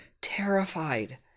terrified